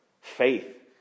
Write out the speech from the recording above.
faith